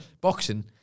boxing